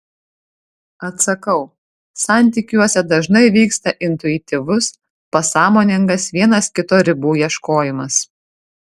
atsakau santykiuose dažnai vyksta intuityvus pasąmoningas vienas kito ribų ieškojimas